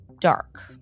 dark